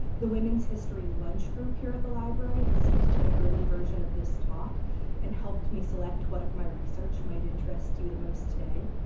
the women's history lunch group here at the library listened to an early version of this talk and helped me select what of my research might interest you the most today.